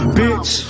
bitch